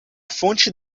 fonte